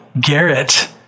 Garrett